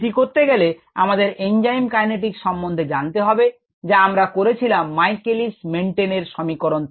এটি করতে গেলে আমাদের ইঞ্জাইম কাইনেটিকস সম্বন্ধে জানতে হবে যা আমরা করেছিলাম Michaelis Menten এর সমীকরণ থেকে